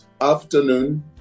afternoon